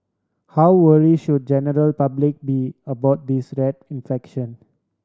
how worry should general public be about this rat infection